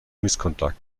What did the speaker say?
misconduct